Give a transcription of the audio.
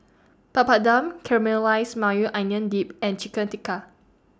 Papadum Caramelized Maui Onion Dip and Chicken Tikka